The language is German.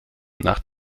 nach